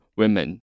women